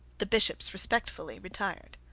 the bishops respectfully retired.